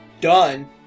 Done